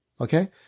Okay